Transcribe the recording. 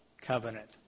covenant